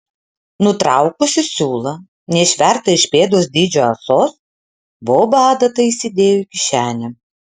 nutraukusi siūlą neišvertą iš pėdos dydžio ąsos boba adatą įsidėjo į kišenę